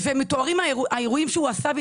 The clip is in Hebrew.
ומתוארים האירועים שהוא עשה,